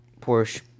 Porsche